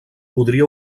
podria